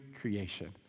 creation